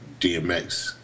Dmx